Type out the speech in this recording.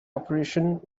operation